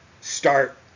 start